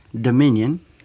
Dominion